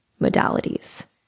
modalities